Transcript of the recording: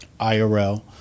IRL